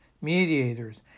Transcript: mediators